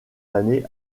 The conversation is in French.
années